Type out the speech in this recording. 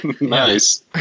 Nice